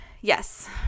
yes